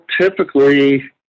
typically